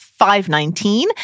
519